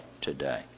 today